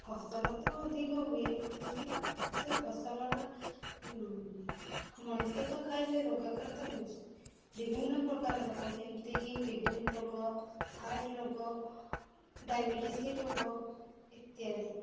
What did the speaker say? ଫସଲ ତ ଅଧିକ ହୁଏ କିନ୍ତୁ ସେ ଫସଲଟା ମଣିଷ ତ ଖାଇଲେ ରୋଗାକ୍ରାନ୍ତ ହେଉଛି ବିଭିନ୍ନ ପ୍ରକାର ରୋଗ ଏମିତିକି କିଡ଼ନୀ ରୋଗ ହାର୍ଟ ରୋଗ ଡାଇବେଟିସ୍ ରୋଗ ଇତ୍ୟାଦି